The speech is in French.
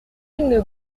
une